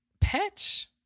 pets